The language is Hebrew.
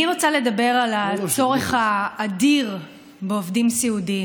אני רוצה לדבר על הצורך האדיר בעובדי סיעוד.